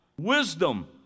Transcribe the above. Wisdom